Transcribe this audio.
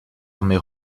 armée